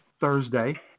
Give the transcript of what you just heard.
Thursday